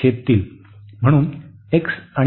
म्हणून x आणि